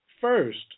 first